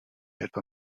etwa